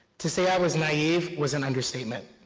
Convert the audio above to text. to say i was naive was an understatement.